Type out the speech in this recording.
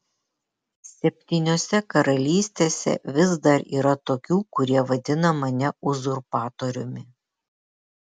septyniose karalystėse vis dar yra tokių kurie vadina mane uzurpatoriumi